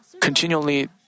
continually